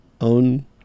own